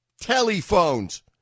telephones